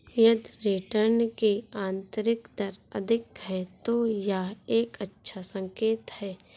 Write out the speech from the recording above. यदि रिटर्न की आंतरिक दर अधिक है, तो यह एक अच्छा संकेत है